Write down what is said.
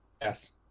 Yes